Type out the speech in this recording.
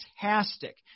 fantastic